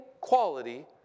quality